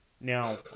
Now